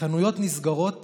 חנויות נסגרות